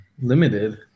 Limited